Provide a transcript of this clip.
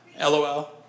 LOL